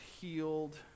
healed